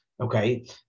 Okay